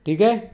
ठीक आहे